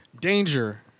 Danger